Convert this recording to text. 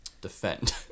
defend